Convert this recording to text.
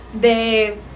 De